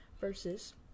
versus